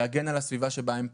להגן על הסביבה שבה הם פועלים.